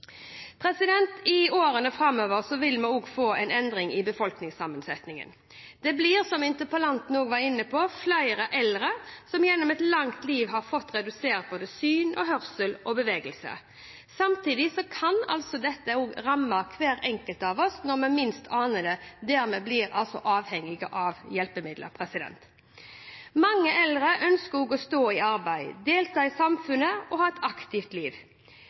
I årene framover vil vi også få en endring i befolkningssammensetningen. Det blir, som interpellanten også var inne på, flere eldre, som gjennom et langt liv har fått redusert syn, hørsel og bevegelse. Samtidig kan det ramme hver enkelt av oss når vi minst aner det, og dermed kan vi bli avhengig av hjelpemidler. Mange eldre ønsker å stå i arbeid, delta i samfunnet og ha et aktivt liv.